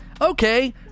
Okay